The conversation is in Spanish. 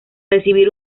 recibir